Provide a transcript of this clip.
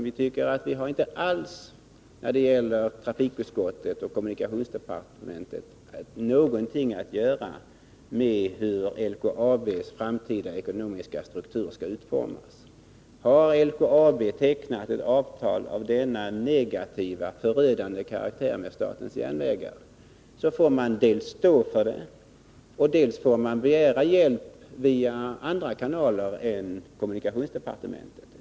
Vi anser nämligen att trafikutskottet och kommunikationsdepartementet inte har något att göra med hur LKAB:s framtida ekonomiska struktur skall utformas. Har LKAB tecknat ett avtal av denna negativa, förödande karaktär med statens järnvägar, får företaget dels stå för det, dels begära hjälp via andra kanaler än kommunikationsdepartementet.